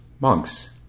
monks